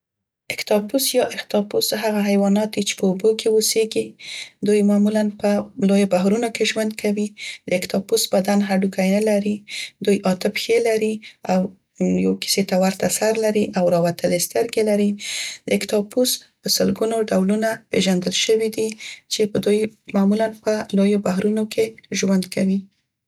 اکتاپوس یا اختاپوس هغه حیوانات دي چې په اوبو کې اوسیګي، دوی معمولاً په لویو بحرونو کې ژوند کوي. د اکتاپوس بدن هډوکي نه لري، دوی اته پښې لري، او یو کیسې ته ورته سر لري او راوتلې سترګې لري. د اکتاپوس په سلګونو ډولونه پيژندل شوي دي چې دوی معمولاً په لویو بحرونو کې ژوند کوي.